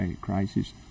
crisis